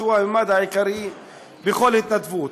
שהוא הממד העיקרי בכל התנדבות.